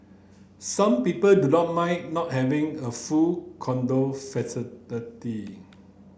some people do not mind not having a full condo facility